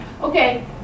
Okay